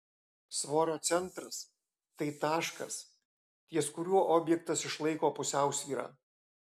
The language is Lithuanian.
svorio centras tai taškas ties kuriuo objektas išlaiko pusiausvyrą